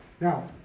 Now